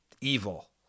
evil